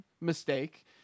mistake